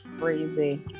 crazy